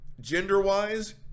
gender-wise